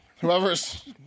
Whoever's